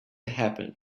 happen